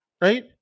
Right